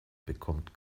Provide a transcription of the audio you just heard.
bekommt